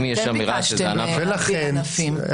אם יש אמירה שזה ענף --- אתם ביקשתם להבדיל ענפים,